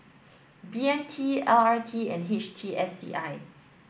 B M T L R T and H T S C I